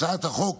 הצעת החוק